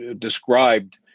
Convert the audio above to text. described